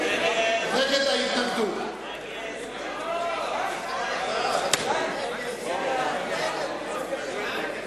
הודעת הממשלה על רצונה להחיל דין רציפות על הצעת חוק תכנון משק החלב,